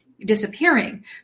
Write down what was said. disappearing